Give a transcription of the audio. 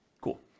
Cool